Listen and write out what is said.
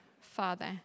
Father